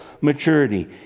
maturity